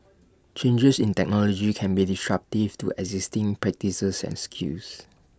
changes in technology can be disruptive to existing practices and skills